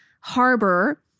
harbor